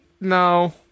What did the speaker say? No